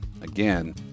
Again